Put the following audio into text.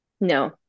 No